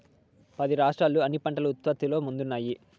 పది రాష్ట్రాలు అన్ని పంటల ఉత్పత్తిలో ముందున్నాయి